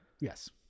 Yes